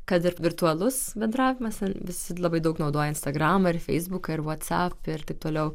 kad ir virtualus bendravimas visi labai daug naudoja instagramą ir feisbuką ir whatsapp ir taip toliau